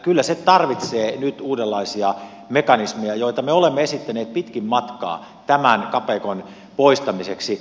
kyllä tarvitaan nyt uudenlaisia mekanismeja joita me olemme esittäneet pitkin matkaa tämän kapeikon poistamiseksi